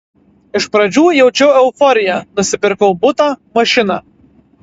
iš pradžių jaučiau euforiją nusipirkau butą mašiną